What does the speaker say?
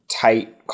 tight